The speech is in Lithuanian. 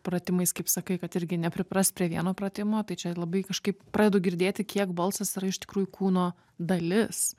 pratimais kaip sakai kad irgi nepriprast prie vieno pratimo tai čia labai kažkaip pradedu girdėti kiek balsas yra iš tikrųjų kūno dalis